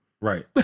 Right